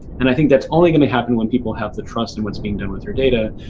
and, i think that's only going to happen when people have the trust in what's being done with your data.